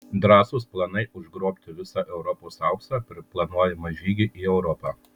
drąsūs planai užgrobti visą europos auksą per planuojamą žygį į europą